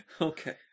Okay